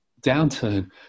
downturn